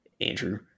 Andrew